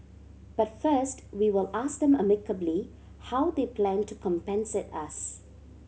but first we will ask them amicably how they plan to compensate us